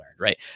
Right